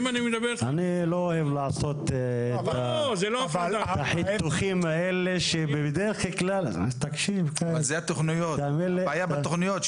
אני לא אוהב לעשות את החיתוכים האלה --- זו הבעיה בתוכניות,